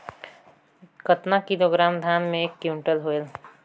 कतना किलोग्राम धान मे एक कुंटल होयल?